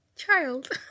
child